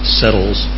settles